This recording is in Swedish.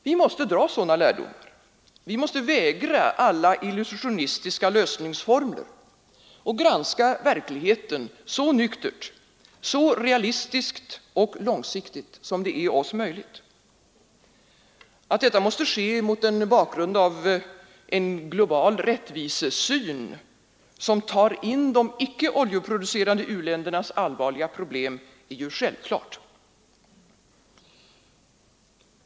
Vi måste dra sådana lärdomar, vi måste vägra alla illusionistiska lösningsformler och granska verkligheten så nyktert, realistiskt och långsiktigt som det är oss möjligt. Att detta måste ske mot en bakgrund av en global rättvisesyn som tar in de icke oljeproducerande u-ländernas allvarliga problem är självklart.